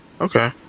Okay